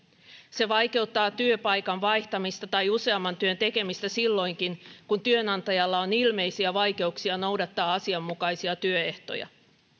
se vaikeuttaa työpaikan vaihtamista tai useamman työn tekemistä silloinkin kun työnantajalla on ilmeisiä vaikeuksia noudattaa asianmukaisia työehtoja